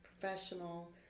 professional